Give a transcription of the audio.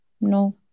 no